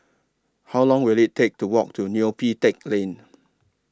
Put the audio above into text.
How Long Will IT Take to Walk to Neo Pee Teck Lane